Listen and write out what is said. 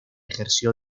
ejerció